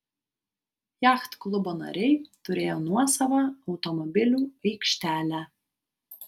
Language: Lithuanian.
jachtklubo nariai turėjo nuosavą automobilių aikštelę